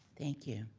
thank you.